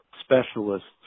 specialists